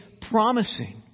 promising